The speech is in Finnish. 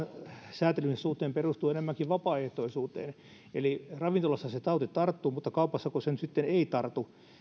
sääntelynsä suhteen perustuvat enemmänkin vapaaehtoisuuteen eli ravintolassa se tauti tarttuu mutta kaupassako se nyt sitten ei tartu